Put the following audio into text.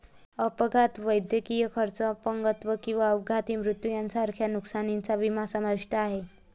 अपघात, वैद्यकीय खर्च, अपंगत्व किंवा अपघाती मृत्यू यांसारख्या नुकसानीचा विमा समाविष्ट आहे